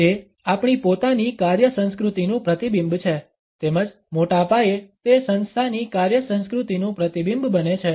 તે આપણી પોતાની કાર્ય સંસ્કૃતિનું પ્રતિબિંબ છે તેમજ મોટા પાયે તે સંસ્થાની કાર્ય સંસ્કૃતિનું પ્રતિબિંબ બને છે